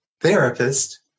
therapist